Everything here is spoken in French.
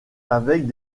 avec